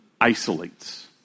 isolates